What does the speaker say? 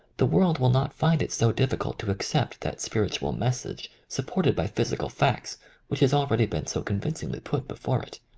the world will not find it so difficult to accept that spiritual message supported by physical facts which has already been so convincingly put before it.